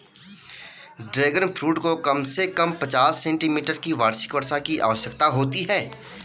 dragon fruit को कम से कम पचास सेंटीमीटर की वार्षिक वर्षा की आवश्यकता होती है